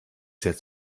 sehr